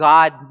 God